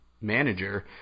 manager